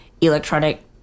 electronic